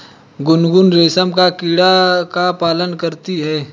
गुनगुन रेशम का कीड़ा का पालन करती है